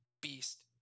beast